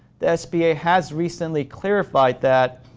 the sba has recently clarified that,